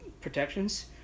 protections